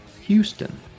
Houston